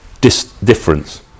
difference